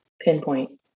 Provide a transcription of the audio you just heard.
pinpoint